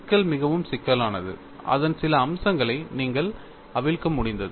சிக்கல் மிகவும் சிக்கலானது அதன் சில அம்சங்களை நீங்கள் அவிழ்க்க முடிந்தது